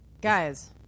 guys